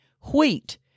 wheat